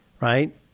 right